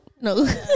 No